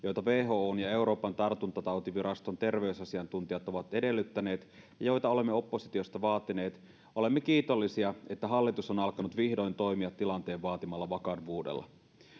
whon ja euroopan tartuntatautiviraston terveysasiantuntijat ovat edellyttäneet ja joita olemme oppositiosta vaatineet olemme kiitollisia että hallitus on alkanut vihdoin toimia tilanteen vaatimalla vakavuudella